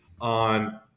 on